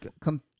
come